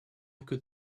could